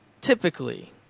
typically